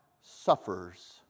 suffers